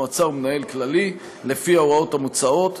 מועצה ומנהל כללי לפי ההוראות המוצעות,